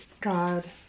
God